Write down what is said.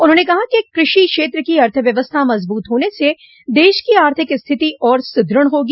उन्होंने कहा कि कृषि क्षेत्र की अर्थव्यवस्था मजबूत होने से देश की आर्थिक स्थिति और सुदृढ़ होगी